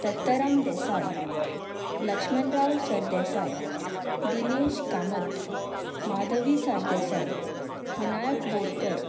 Dattaram Desai Laxman Rao Sardesai दिश Kamat Mhadvi Sardesai Vinayak Borkar